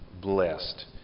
blessed